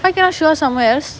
why can't show off somewhere else